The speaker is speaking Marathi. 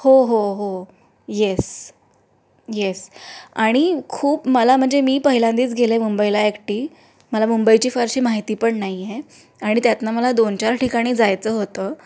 हो हो हो येस येस आणि खूप मला म्हणजे मी पहिल्यांदाच गेले मुंबईला एकटी मला मुंबईची फारशी माहिती पण नाही आहे आणि त्यातनं मला दोन चार ठिकाणी जायचं होतं